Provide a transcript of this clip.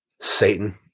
Satan